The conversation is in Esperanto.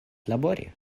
labori